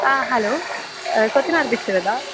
ஆ hello கொத்தனார் பேசுறதா